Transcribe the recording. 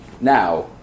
now